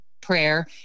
prayer